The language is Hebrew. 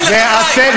תפסיק עם הפופוליזם.